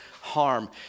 harm